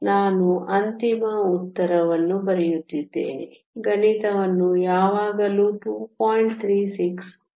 ನಾನು ಅಂತಿಮ ಉತ್ತರವನ್ನು ಬರೆಯುತ್ತಿದ್ದೇನೆ ಗಣಿತವನ್ನು ಯಾವಾಗಲೂ 2